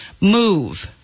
move